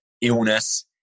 illness